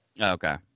Okay